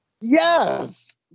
Yes